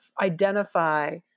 identify